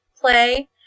play